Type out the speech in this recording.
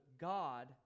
God